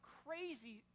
crazy